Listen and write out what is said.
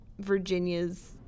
Virginia's